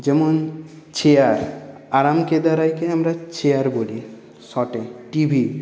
যেমন চেয়ার আরামকেদারাকে আমরা চেয়ার বলি শর্টে টিভি